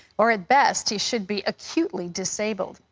or at best he should be acutely disabled.